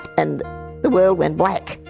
and the world went black.